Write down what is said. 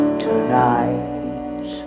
tonight